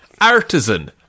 Artisan